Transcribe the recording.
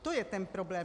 To je ten problém.